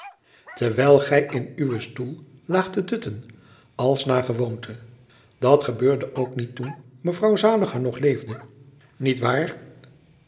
terwijl gij in uwen stoel laagt te dutten als naar gewoonte dat gebeurde ook niet toen mevrouw zaliger nog leefde niet waar